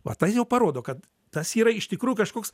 va tas jau parodo kad tas yra iš tikrų kažkoks